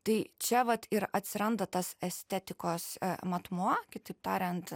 tai čia vat ir atsiranda tas estetikos matmuo kitaip tariant